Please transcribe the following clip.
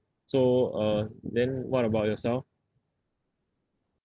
so uh then what about yourself